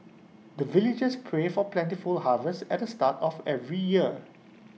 the villagers pray for plentiful harvest at the start of every year